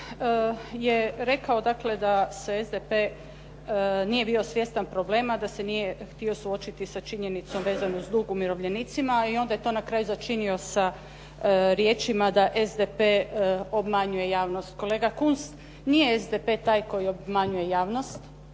je rekao dakle da SDP nije bio svjestan problema, da se nije htio suočiti sa činjenicom vezanom uz dug umirovljenicima i onda je to na kraju začinio sa riječima da SDP obmanjuje javnost. Kolega Kunst, nije SDP taj koji obmanjuje javnost.